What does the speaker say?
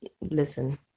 listen